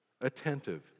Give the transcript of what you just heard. attentive